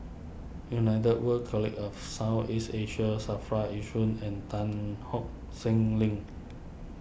United World College of South East Asia Safra Yishun and Tan hock Seng Link